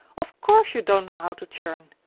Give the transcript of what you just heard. of course you don't know how to churn.